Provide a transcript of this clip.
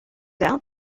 out